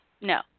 No